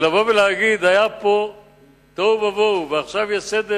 לבוא ולהגיד: היה פה תוהו ובוהו ועכשיו יש סדר,